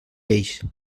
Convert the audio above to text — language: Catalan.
lleis